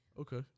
Okay